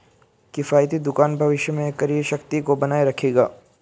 किफ़ायती दुकान भविष्य में क्रय शक्ति को बनाए रखेगा